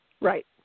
Right